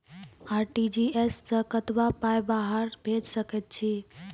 RTGS सअ कतबा पाय बाहर भेज सकैत छी?